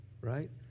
right